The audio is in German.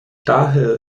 daher